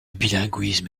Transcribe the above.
bilinguisme